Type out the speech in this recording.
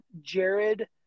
Jared